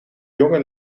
jonge